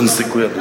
אין סיכוי,